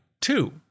two